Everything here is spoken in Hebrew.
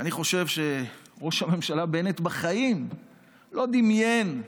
אני חושב שראש הממשלה בנט בחיים לא דמיין,